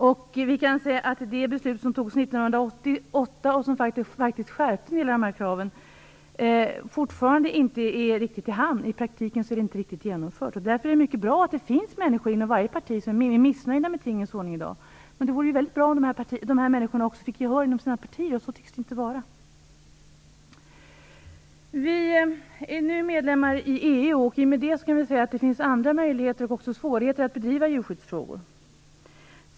Det beslut som togs 1988 och som faktiskt innebar en skärpning av en del av de här kraven är ännu inte riktigt i hamn. I praktiken är det alltså inte riktigt genomfört. Därför är det mycket bra att det finns människor inom varje parti som är missnöjda med tingens ordning i dag. Det vore väldigt bra om de här människorna också vann gehör i respektive parti. Så tycks det dock inte vara. Vi är nu medlemmar i EU. I och med det finns det andra möjligheter, men även svårigheter, att bedriva djurskyddsfrågor.